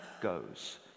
goes